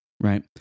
Right